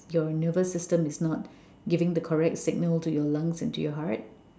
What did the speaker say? your nervous system is not giving the correct signal to your lungs and to your heart